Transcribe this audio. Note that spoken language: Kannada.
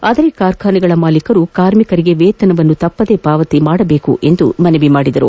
ಆದರೆ ಕಾರ್ಖಾನೆಗಳ ಮಾಲೀಕರು ಕಾರ್ಮಿಕರಿಗೆ ವೇತನವನ್ನು ತಪ್ಪದೇ ಪಾವತಿ ಮಾಡಬೇಕು ಎಂದು ಮನವಿ ಮಾಡಿದರು